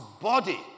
body